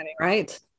right